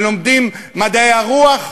ולומדים מדעי הרוח,